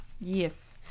Yes